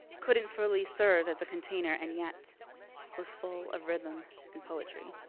couldn't fully serve as a container, and yet was full of rhythm and poetry.